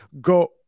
go –